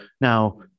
Now